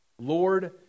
Lord